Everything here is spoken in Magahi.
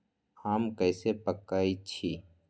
आम कईसे पकईछी?